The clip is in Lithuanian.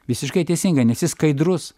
visiškai teisingai nes jis skaidrus